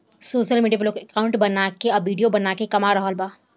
social media पर लोग account बना के आ विडिओ बना के कमा रहल बा